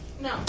No